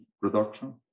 production